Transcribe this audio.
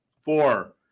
Four